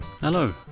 Hello